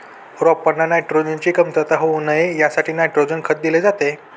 रोपांना नायट्रोजनची कमतरता होऊ नये यासाठी नायट्रोजन खत दिले जाते